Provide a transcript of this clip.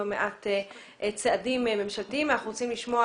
לא מעט צעדים ממשלתיים ואנחנו רוצים לשמוע